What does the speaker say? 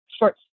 Short